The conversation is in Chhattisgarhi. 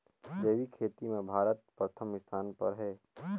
जैविक खेती म भारत प्रथम स्थान पर हे